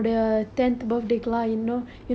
oh my god cat cafe so cute